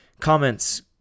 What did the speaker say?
Comments